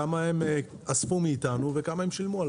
כמה הם אספו מאיתנו וכמה הם שילמו?